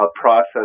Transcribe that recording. process